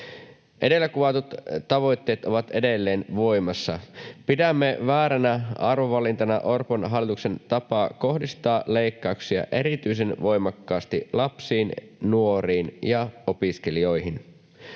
Edellä kuvatut tavoitteet ovat edelleen voimassa. Pidämme vääränä arvovalintana Orpon hallituksen tapaa kohdistaa leikkauksia erityisen voimakkaasti lapsiin, nuoriin ja opiskelijoihin.